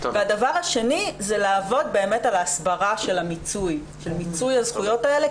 הדבר השני זה לעבוד באמת על ההסברה של מיצוי הזכויות האלה,